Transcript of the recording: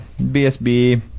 BSB